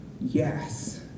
yes